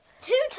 Two